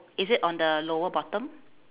is it on the lower bottom